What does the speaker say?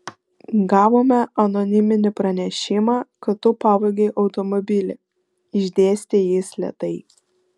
gavome anoniminį pranešimą kad tu pavogei automobilį išdėstė jis lėtai